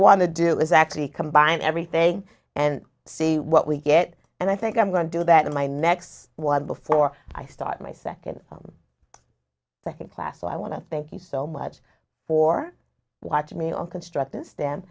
want to do is actually combine everything and see what we get and i think i'm going to do that in my next one before i start my second second class i want to thank you so much for watching me all construct